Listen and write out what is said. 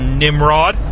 nimrod